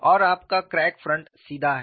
और आपका crack front सीधा है